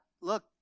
Look